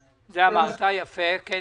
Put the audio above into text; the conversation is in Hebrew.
כרגע.